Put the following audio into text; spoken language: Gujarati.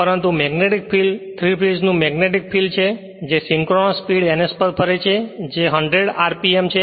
પરંતુ મેગ્નેટિક ફિલ્ડ 3 ફેજ નું મેગ્નેટિક ફિલ્ડ છે જે સિંક્રનસ સ્પીડ ns પર ફરે છે જે 100 RMP છે